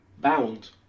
bound